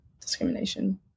discrimination